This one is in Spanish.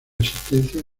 existencia